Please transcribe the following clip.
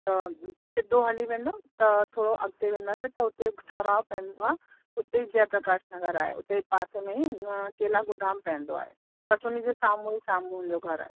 त सिधो हली वेंदव त थोरो अॻिते वेंदासीं त हुते हिक चौराहो पवंदो आहे हुते ई जय प्रकाश नगर आहे हुते पासे में ई केला गोदाम पवंदो आहे बसि उन जे साम्हूं ई साम्हूं मुंहिंजो घर आहे